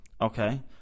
Okay